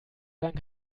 dank